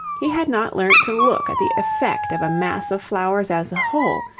he had not learnt to look at the effect of a mass of flowers as a whole,